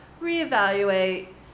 reevaluate